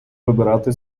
вибирати